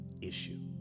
issue